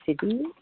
City